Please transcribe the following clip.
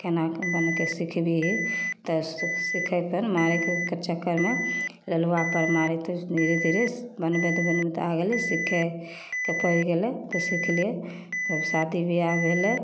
कोनाके बनिके सिखभी तऽ सिखैपर मारैके चक्करमे लुल्हुआपरमे मारै तऽ धीरे धीरे बनबैत बनबैत आबि गेलै सिखैके पड़ि गेलै तऽ सिखलिए तब शादी बिआह भेलै